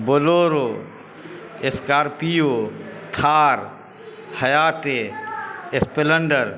Bolero Scorpio Thar ہیاتے Splendor